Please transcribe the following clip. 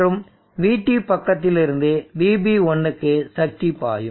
மற்றும் VT பக்கத்திலிருந்து VB1க்கு சக்தி பாயும்